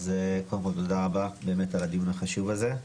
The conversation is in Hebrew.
קודם כל תודה רבה על הדיון החשוב הזה.